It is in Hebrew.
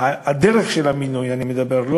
דרך המינוי אני מדבר,